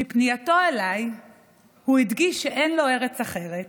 בפנייתו אליי הוא הדגיש שאין לו ארץ אחרת